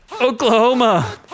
Oklahoma